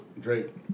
Drake